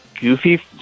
goofy